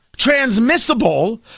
Transmissible